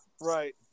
Right